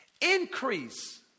Increase